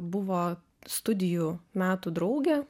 buvo studijų metų draugė